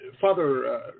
father